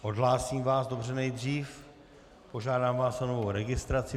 Odhlásím vás nejdřív, požádám vás o novou registraci.